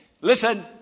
Listen